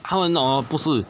他们 hor 不是